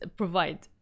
provide